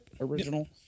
original